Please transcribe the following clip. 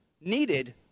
needed